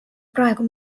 praegu